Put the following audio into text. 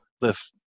lift